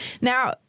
Now